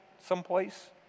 someplace